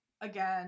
again